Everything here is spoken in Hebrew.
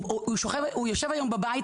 הוא יושב היום בבית,